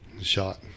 Shot